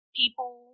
people